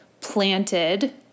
planted